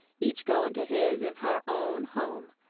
each going to his and her own home.